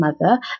mother